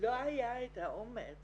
לא היה את האומץ